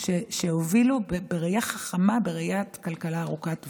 שהובילו בראייה חכמה, בראיית כלכלה ארוכת טווח.